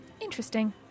Interesting